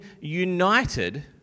united